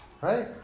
right